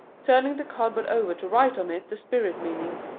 turning the cardboard over to write on it the spirit-meaning,